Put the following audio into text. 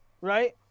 right